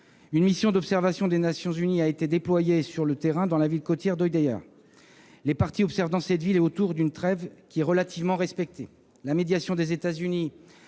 Une mission d'observation des Nations unies a été déployée sur le terrain dans la ville côtière d'Hodeïda. Les parties observent dans cette ville et alentour une trêve, qui est relativement bien respectée. La médiation des États-Unis